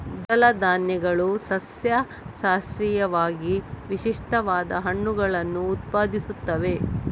ದ್ವಿದಳ ಧಾನ್ಯಗಳು ಸಸ್ಯಶಾಸ್ತ್ರೀಯವಾಗಿ ವಿಶಿಷ್ಟವಾದ ಹಣ್ಣುಗಳನ್ನು ಉತ್ಪಾದಿಸುತ್ತವೆ